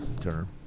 term